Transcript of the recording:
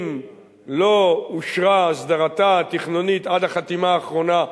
אם לא אושרה הסדרתה התכנונית עד החתימה האחרונה,